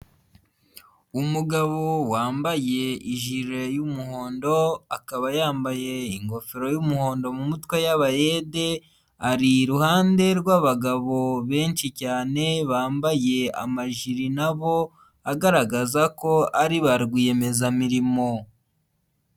Umugabo wambaye ijire y'umuhondo akaba yambaye ingofero y'umuhondo mu mutwe y'abayede, ari iruhande rw'abagabo benshi cyane, bambaye amajiri na bo agaragaza ko ari ba rwiyemezamirimo.